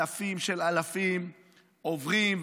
אלפים של אלפים עוברים,